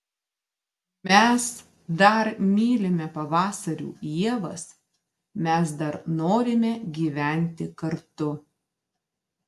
mes dar mylime pavasarių ievas mes dar norime gyventi kartu